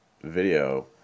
video